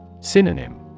Synonym